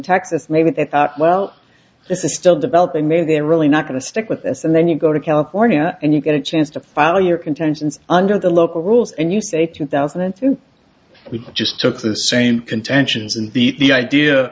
texas maybe they thought well this is still developing maybe they're really not going to stick with this and then you go to california and you're going to chance to file your contentions under the local rules and you say two thousand and three we just took the same contentions and beat the idea